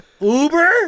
Uber